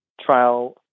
trial